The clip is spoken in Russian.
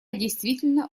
действительно